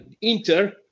Inter